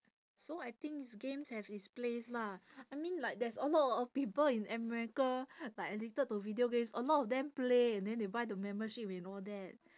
so I think games have its place lah I mean like there's a lot of people in america like addicted to video games a lot of them play and then they buy the membership and all that